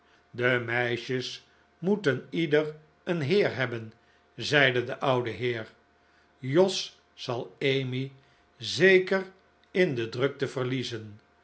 de meisjes moeten ieder een heer hebben zeide de oude heer jos zal emmy zeker in de drukte verliezen